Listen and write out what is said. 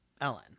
Ellen